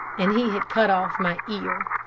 and he had cut off my ear,